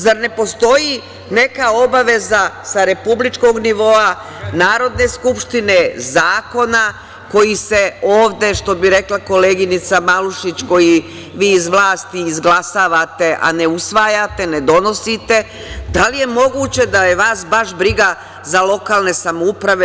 Zar ne postoji neka obaveza sa republičkog nivoa Narodne skupštine, zakona koji se ovde što bi rekla koleginica Malušić, koje iz vlasti izglasavate a ne usvajate, ne donosite, da li je moguće da je vas baš briga za lokalne samouprave?